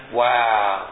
wow